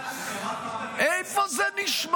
אני הפסדתי,